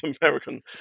American